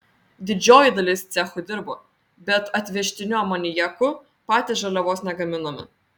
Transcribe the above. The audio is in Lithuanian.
didžioji dalis cechų dirbo bet atvežtiniu amoniaku patys žaliavos negaminome